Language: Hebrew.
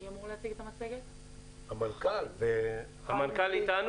לימיני יושב קובי בליטשטיין שהוא המשנה למנכ"ל משרד התחבורה